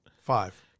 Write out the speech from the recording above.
Five